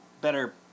better